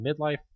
midlife